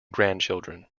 grandchildren